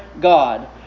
God